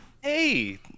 Hey